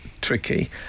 tricky